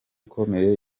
ikomeye